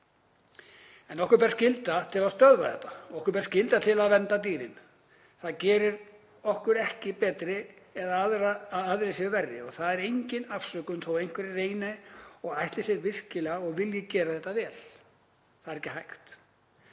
Okkur ber skylda til að stöðva þetta. Okkur ber skylda til að vernda dýrin. Það gerir okkur ekki betri að aðrir séu verri og það er engin afsökun þó að einhverjir reyni og ætli sér virkilega og vilji gera þetta vel. Það er ekki hægt.